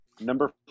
Number